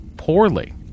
poorly